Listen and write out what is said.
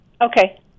okay